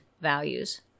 values